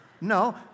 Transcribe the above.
no